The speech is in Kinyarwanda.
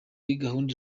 gahunda